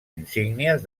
insígnies